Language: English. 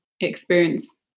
experience